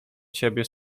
ciebie